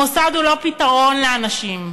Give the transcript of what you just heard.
המוסד הוא לא פתרון לאנשים.